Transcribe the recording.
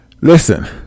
Listen